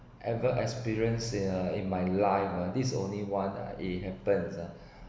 ever experienced in err my life err this is only one ah it happened ah